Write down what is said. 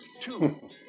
Two